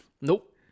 nope